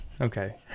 Okay